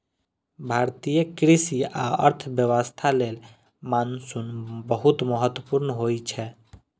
भारतीय कृषि आ अर्थव्यवस्था लेल मानसून बहुत महत्वपूर्ण होइ छै